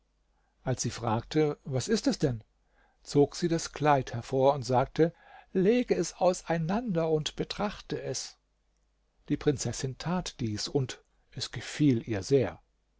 als sie fragte was ist es denn zog sie das kleid hervor und sagte lege es auseinander und betrachte es die prinzessin tat dies und es gefiel ihr sehr